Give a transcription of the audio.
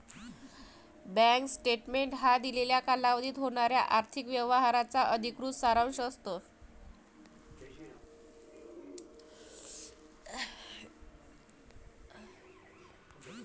bank statement हा दिलेल्या कालावधीत होणाऱ्या आर्थिक व्यवहारांचा अधिकृत सारांश असतो